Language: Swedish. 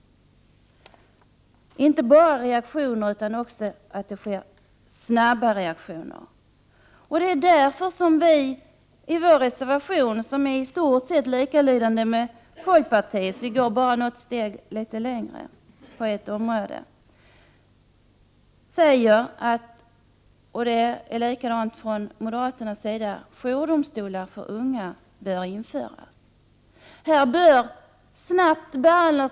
Det är inte bara fråga om att det skall ske reaktioner, utan det skall ske snabba reaktioner. Det är därför som vi i centerpartiet i vår reservation — som i stort sett har samma lydelse som folkpartiets reservation; vi går bara något steg ytterligare på ett område — säger att jourdomstolar för unga bör införas. Detsamma föreslås från moderaternas sida.